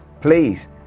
please